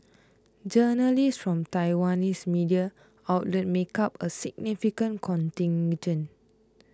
journalists from Taiwanese media outlets make up a significant contingent